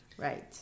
Right